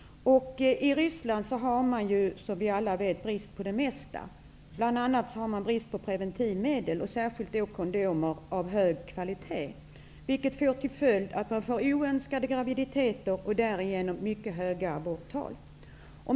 I Ryssland har man, som vi alla vet, brist på det mesta, bl.a. preventivmedel och särskilt kondomer av hög kvalitet. Detta får till följd oönskade graviditeter och därigenom mycket höga aborttal.